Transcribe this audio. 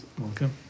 Welcome